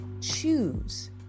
choose